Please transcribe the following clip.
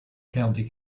county